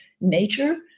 nature